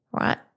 right